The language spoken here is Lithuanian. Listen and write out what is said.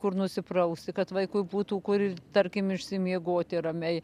kur nusiprausti kad vaikui būtų kur tarkim išsimiegoti ramiai